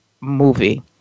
movie